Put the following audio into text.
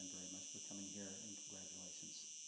and very much for coming here and congratulations.